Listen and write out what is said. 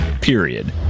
Period